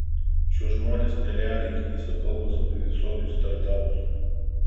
šiuos žmones nerealiai knisa kalbos apie visokius startapus